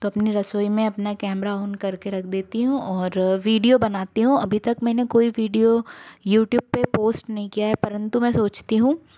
तो अपनी रसोई में अपना कैमरा ऑन करके रख देती हूँ और वीडियो बनाती हूँ अभी तक मैंने कोई वीडियो यूट्यूब पर पोस्ट नहीं किया है परंतु मैं सोचती हूँ